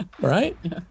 right